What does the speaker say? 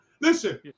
Listen